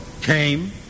came